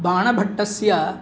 बाणभट्टस्य